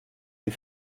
die